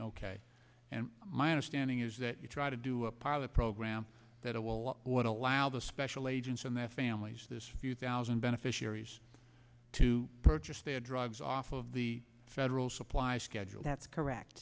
and my understanding is that you try to do a pilot program that will allow the special agents and their families this few thousand beneficiaries to purchase their drugs off of the federal supply schedule that's correct